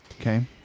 Okay